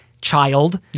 child